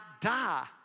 die